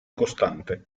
costante